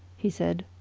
he said.